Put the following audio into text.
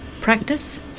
practice